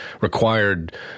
required